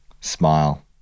Smile